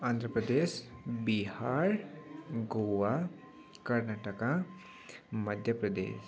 Andhra Pradesh Bihar Goa Karnataka Madhya Pradesh